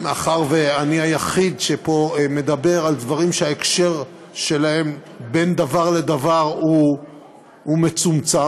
מאחר שאני היחיד פה שמדבר על דברים שההקשר שלהם לדבר הוא מצומצם,